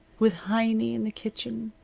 with heiny in the kitchen,